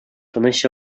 тыныч